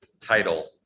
title